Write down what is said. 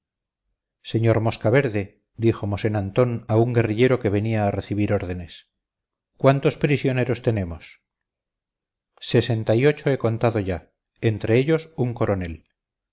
señor mosca verde dijo mosén antón a un guerrillero que venía a recibir órdenes cuántos prisioneros tenemos sesenta y ocho he contado ya entre ellos un coronel es